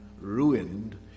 ruined